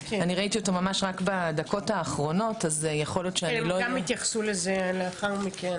אני ראיתי אותו רק בדקות האחרונות --- הם יתייחסו לזה בהמשך.